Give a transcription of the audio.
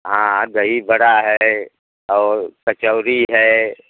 हाँ दही बड़ा है और कचौरी है